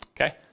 Okay